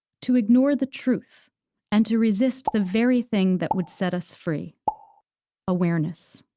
to ignore the truth and to resist the very thing that would set us free awareness.